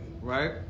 Right